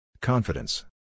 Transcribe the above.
Confidence